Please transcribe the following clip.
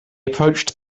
approached